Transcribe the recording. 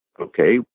okay